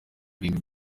kurinda